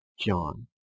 John